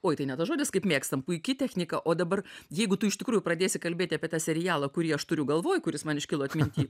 uoj tai ne tas žodis kaip mėgstam puiki technika o dabar jeigu tu iš tikrųjų pradėsi kalbėti apie tą serialą kurį aš turiu galvoj kuris man iškilo atminty